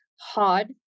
hard